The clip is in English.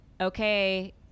okay